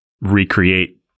recreate